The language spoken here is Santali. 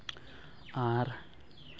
ᱟᱨ